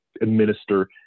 administer